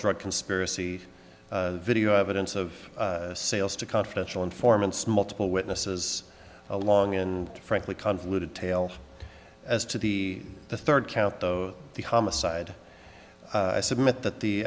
drug conspiracy video evidence of sales to confidential informants multiple witnesses a long and frankly convoluted tale as to the the third count though the homicide i submit that the